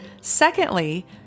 Secondly